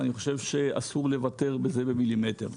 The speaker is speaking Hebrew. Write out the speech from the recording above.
ואני חושב שאסור לוותר בזה במילימטר.